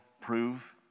prove